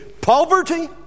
Poverty